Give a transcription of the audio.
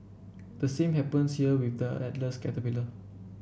the same happens here with the Atlas caterpillar